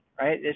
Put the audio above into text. right